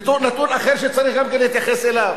נתון אחר שצריך גם כן להתייחס אליו: